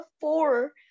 four